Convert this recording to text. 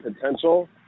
potential